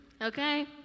Okay